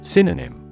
Synonym